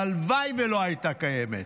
הלוואי שלא הייתה קיימת,